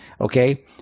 Okay